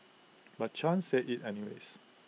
but chan said IT anyways